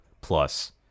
plus